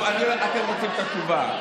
טוב, אתם רוצים את התשובה?